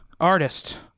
Artist